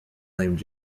named